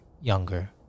younger